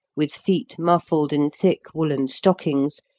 with feet muffled in thick, woollen stockings,